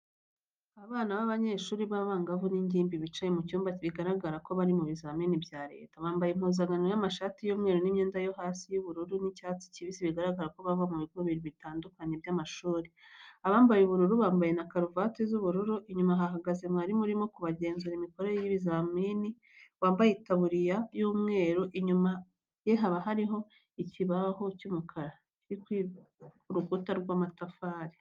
Abana b'abanyeshuri b'abangavu n'ingimbi bicaye mu cyumba bigaragara ko bari mu bizamini bya leta. Bambaye impuzankano y'amashati y'umweru n'imyenda yo hasi y'ubururu n'icyatsi kibisi bigaragara ko bava mu bigo bibiri bitandukanye by'amashuri. Abambaye ubururu bambaye na karuvati z'ubururu. Inyuma hahagaze mwarimu urimo kugenzura imikorere y'ikizamini wambaye itaburiya y'umweru, inyuma ye hakaba hari ikibaho cy'umukara kiri ku rukuta rw'amatafari.